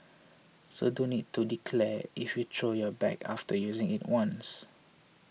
so don't need to declare if you throw your bag after using it once